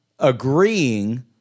Agreeing